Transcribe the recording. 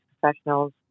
professionals